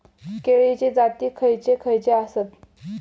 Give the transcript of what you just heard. केळीचे जाती खयचे खयचे आसत?